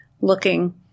looking